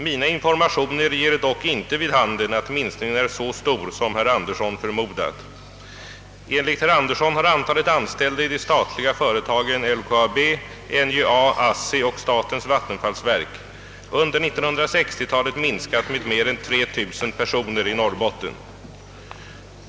Mina informationer ger dock inte vid handen att minskningen är så stor som herr Andersson förmodat. Enligt herr Andersson har antalet anställda i de statliga företagen LKAB, NJA, ASSI och statens vattenfallsverk under 1960-talet minskat med mer än 3 000 personer i Norrbotten.